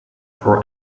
for